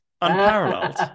unparalleled